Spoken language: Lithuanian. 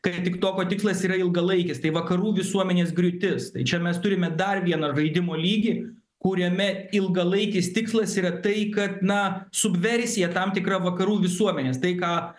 kad tiktoko tikslas yra ilgalaikis tai vakarų visuomenės griūtis tai čia mes turime dar vieną žaidimo lygį kuriame ilgalaikis tikslas yra tai kad na subversija tam tikra vakarų visuomenės tai ką